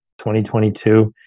2022